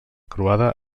croada